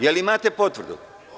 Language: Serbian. Da li imate potvrdu?